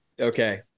okay